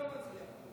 הסתייגות 58 לא נתקבלה.